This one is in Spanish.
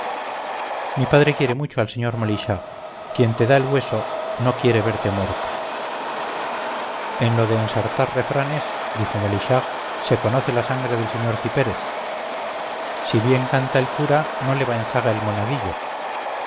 mi padre quiere mucho al sr molichard quien te da el hueso no quiere verte muerto en lo de ensartar refranes dijo molichard se conoce la sangre del sr cipérez si bien canta el cura no le va en zaga el monaguillo